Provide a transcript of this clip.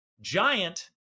Giant